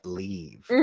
leave